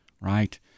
right